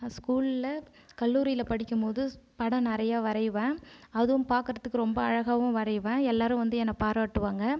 நான் ஸ்கூல்லில் கல்லூரியில் படிக்கும் போது படம் நிறையா வரைவேன் அதுவும் பார்க்குறதுக்கு ரொம்ப அழகாகவும் வரைவேன் எல்லாரும் வந்து என்ன பாராட்டுவாங்கள்